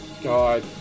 god